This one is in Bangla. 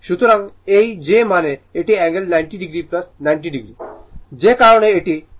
সুতরাং এই j মানে এটি অ্যাঙ্গেল 90 o 90 o যে কারণে এটি 40 t R135 o